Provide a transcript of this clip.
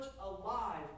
alive